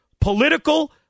political